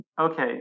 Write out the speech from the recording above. Okay